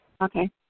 Okay